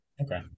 Okay